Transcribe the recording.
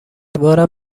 امیدوارم